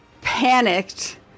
panicked